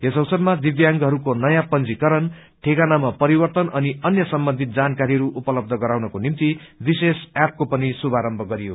यस अवसरमा दिव्यांगहरूको नयाँ पंजीकरणठेकानाामा परिवर्तन अनि अन्य सम्बन्धित जानकारीहरू उपलब्ध गराउनको निम्ति विशेष एप को पनि शुभारम्भ गरियो